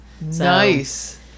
nice